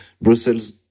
Brussels